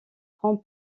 prend